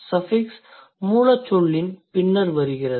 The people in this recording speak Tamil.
சஃபிக்ஸ் மூலச்சொல்லின் பின்னர் வருகிறது